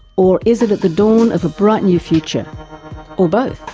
or is it at the dawn of a bright new future or both?